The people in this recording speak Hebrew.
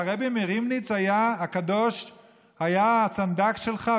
שהרעבע מריבניץ הקדוש היה הסנדק שלך,